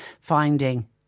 finding